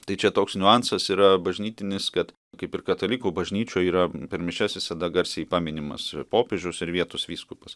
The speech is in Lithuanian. tai čia toks niuansas yra bažnytinis kad kaip ir katalikų bažnyčioj yra per mišias visada garsiai paminimas popiežius ir vietos vyskupas